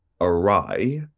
awry